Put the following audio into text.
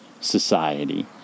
society